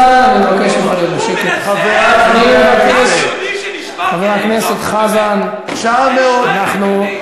טוב, חבר הכנסת חזן, אני מבקש, לא, לא שנייה.